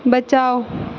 बचाओ